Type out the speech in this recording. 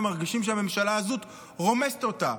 ומרגישים שהממשלה הזאת רומסת אותם,